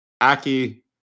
Aki